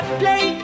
play